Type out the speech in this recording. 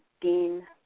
Dean